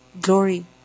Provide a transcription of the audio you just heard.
Glory